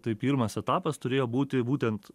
tai pirmas etapas turėjo būti būtent